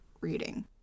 reading